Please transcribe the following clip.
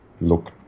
look